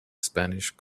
spanish